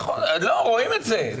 רואים את זה.